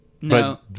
No